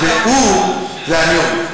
את זה אני אומר.